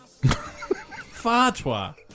Fatwa